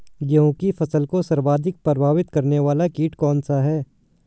गेहूँ की फसल को सर्वाधिक प्रभावित करने वाला कीट कौनसा है?